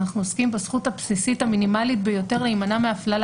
אנחנו עוסקים בזכות הבסיסית המינימלית ביותר להימנע מהפללה